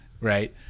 Right